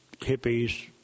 hippies